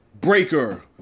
Breaker